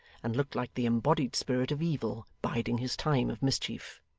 and looked like the embodied spirit of evil biding his time of mischief.